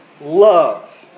love